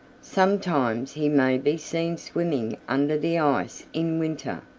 sometimes he may be seen swimming under the ice in winter.